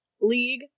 league